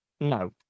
No